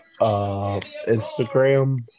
Instagram